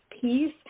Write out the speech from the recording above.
peace